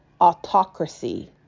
Autocracy